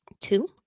Two